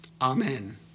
Amen